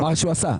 הוא אמר שהוא עשה.